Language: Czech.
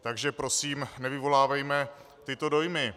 Takže prosím nevyvolávejme tyto dojmy.